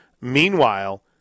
meanwhile